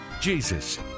Jesus